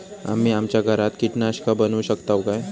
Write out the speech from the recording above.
आम्ही आमच्या घरात कीटकनाशका बनवू शकताव काय?